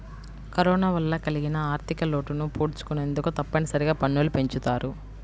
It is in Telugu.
కరోనా వల్ల కలిగిన ఆర్ధికలోటును పూడ్చుకొనేందుకు తప్పనిసరిగా పన్నులు పెంచుతారు